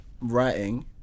writing